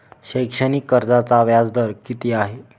शैक्षणिक कर्जाचा व्याजदर किती आहे?